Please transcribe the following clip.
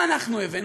מה אנחנו הבאנו?